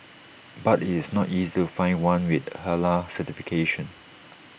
but IT is not easy to find one with Halal certification